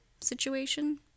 situation